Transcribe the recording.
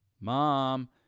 mom